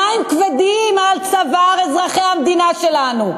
המים כבדים על צוואר אזרחי המדינה שלנו,